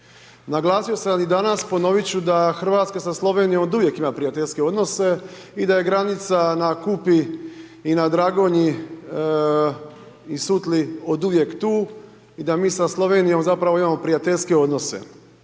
Naglasio sam i danas, ponovit ću da Hrvatska sa Slovenijom oduvijek ima prijateljske odnose, i da je granica na Kupi, i na Dragonji, i Sutli oduvijek tu, i da mi sa Slovenijom zapravo imamo prijateljske odnose.